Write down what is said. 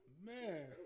Man